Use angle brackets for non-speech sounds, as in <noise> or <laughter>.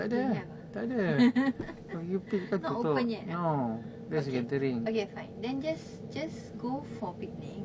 don't have ah <noise> not open yet ah okay okay fine then just just go for picnic